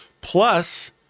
Plus